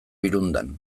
birundan